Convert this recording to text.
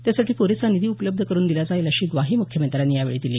त्यासाठी प्रेसा निधी उपलब्ध करून दिला जाईल अशी ग्वाही मुख्यमंत्र्यांनी दिली